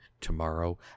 tomorrow